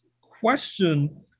question